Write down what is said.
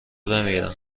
بمیرم